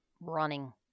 running